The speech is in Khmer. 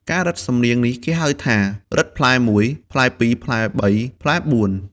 ការរឹតសំនៀងនេះគេហៅថា “រឹតផ្លែ១, ផ្លែ២, ផ្លែ ៣, ផ្លែ៤។